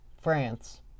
France